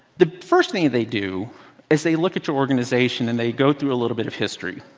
the first thing they do is they look at your organization, and they go through a little bit of history.